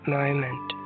moment